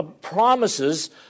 promises